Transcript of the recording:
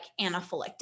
anaphylactic